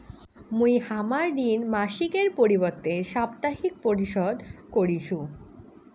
মুই হামার ঋণ মাসিকের পরিবর্তে সাপ্তাহিক পরিশোধ করিসু